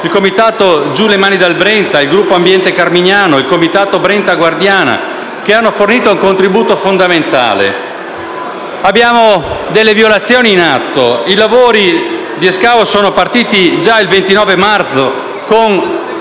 il comitato "Giù le mani dal Brenta", il "Gruppo ambiente Carmignano" e il comitato "Brentana Guardiana", che hanno fornito un contributo fondamentale. Ci sono delle violazioni in atto. I lavori di scavo sono partiti già il 29 marzo, con